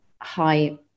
high